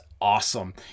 awesome